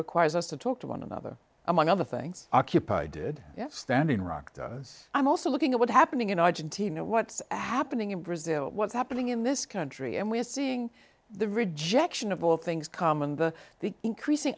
requires us to talk to one another among other things occupy did have standing rocked us i'm also looking at what's happening in argentina what's happening in brazil what's happening in this country and we're seeing the rejection of all things calm and the increasing